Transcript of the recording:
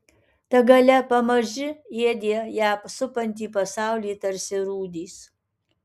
ta galia pamaži ėdė ją supantį pasaulį tarsi rūdys